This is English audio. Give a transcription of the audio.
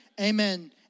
Amen